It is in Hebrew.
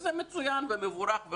שזה מצוין ומבורך.